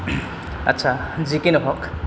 আচ্ছা যিকি নহওক